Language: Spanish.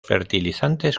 fertilizantes